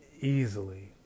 easily